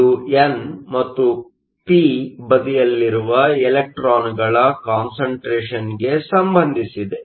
ಇದು ಎನ್ ಮತ್ತು ಪಿ ಬದಿಯಲ್ಲಿರುವ ಇಲೆಕ್ಟ್ರಾನ್ಗಳ ಕಾನ್ಸಂಟ್ರೇಷನ್ಗೆ ಸಂಬಂಧಿಸಿದೆ